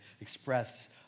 express